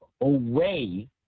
away